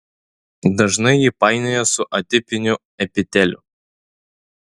dažnai jį painioja su atipiniu epiteliu